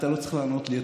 אתה לא צריך לענות לי,